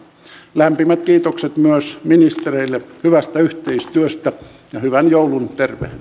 lämpimät kiitokset myös ministereille hyvästä yhteistyöstä ja hyvän joulun